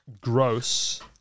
gross